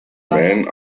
man